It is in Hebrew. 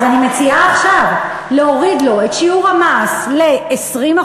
אז אני מציעה עכשיו להוריד לו את שיעור המס ל-20%,